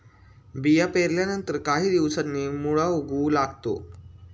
बिया पेरल्यानंतर काही दिवसांनी मुळा उगवू लागतो